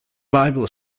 bible